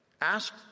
Ask